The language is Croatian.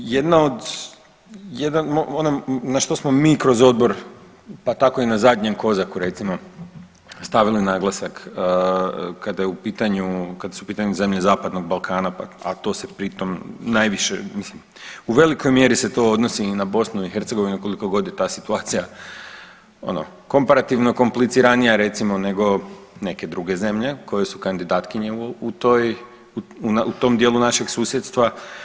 Jedna od ono na što smo mi kroz odbor pa tako i na zadnjem COSAC-u recimo stavili naglasak kada su u pitanju zemlje Zapadnog Balkana, a to se pri tom najviše mislim u velikoj mjeri se to odnosi i na BiH kolikogod je ta situacija ono komparativno kompliciranija recimo nego neke druge zemlje koje su kandidatkinje u tom dijelu naše susjedstva.